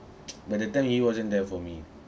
but that time he wasn't there for me